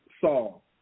Saul